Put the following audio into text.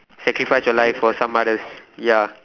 sacrifice your life for some others ya